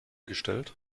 gestellt